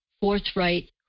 forthright